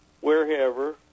wherever